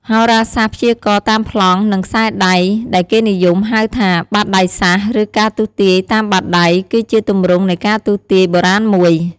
ហោរាសាស្ត្រព្យាករណ៍តាមប្លង់ និងខ្សែដៃ ដែលគេនិយមហៅថា បាតដៃសាស្រ្ត ឬ ការទស្សន៍ទាយតាមបាតដៃ គឺជាទម្រង់នៃការទស្សន៍ទាយបុរាណមួយ។